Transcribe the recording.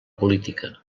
política